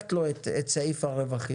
דגדגת לו את סעיף הרווחים.